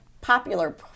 popular